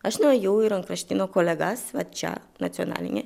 aš nuėjau į rankraštyno kolegas va čia nacionalinį